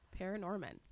Paranorman